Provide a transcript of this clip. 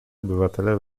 obywatele